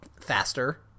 faster